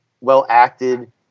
well-acted